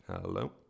Hello